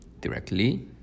directly